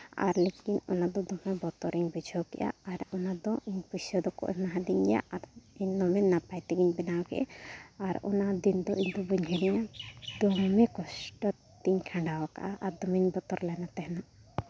ᱟᱨ ᱞᱮᱠᱤᱱ ᱚᱱᱟᱫᱚ ᱫᱚᱢᱮ ᱵᱚᱛᱚᱨᱤᱧ ᱵᱩᱡᱷᱟᱹᱣ ᱠᱮᱫᱼᱟ ᱟᱨ ᱚᱱᱟᱫᱚ ᱯᱚᱭᱥᱟ ᱫᱚᱠᱚ ᱮᱢᱟᱣᱟᱫᱤᱧ ᱜᱮᱭᱟ ᱟᱨ ᱤᱧ ᱱᱚᱰᱮ ᱱᱟᱯᱟᱭ ᱛᱮᱜᱮᱧ ᱵᱮᱱᱟᱣ ᱠᱮᱫᱼᱟ ᱟᱨ ᱚᱱᱟ ᱫᱤᱱ ᱫᱚ ᱤᱧᱫᱚ ᱵᱟᱹᱧ ᱦᱤᱲᱤᱧᱟ ᱫᱚᱢᱮ ᱠᱚᱥᱴᱚ ᱛᱤᱧ ᱠᱷᱟᱸᱰᱟᱣ ᱟᱠᱟᱫᱼᱟ ᱟᱨ ᱫᱚᱢᱮᱧ ᱵᱚᱛᱚᱨ ᱞᱮᱱᱟ ᱛᱟᱦᱮᱱᱚᱜ